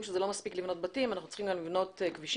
שזה לא מספיק לבנות בתים אלא אנחנו צריכים גם לבנות כבישים,